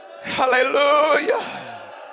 Hallelujah